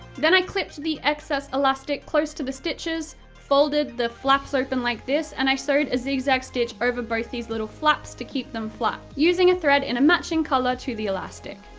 then i clipped the excess elastic close to the stitches, folded the flaps open like this, and i sewed a zig-zag stitch over both these little flaps to keep them flat using a thread in a matching colour to the elastic.